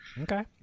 Okay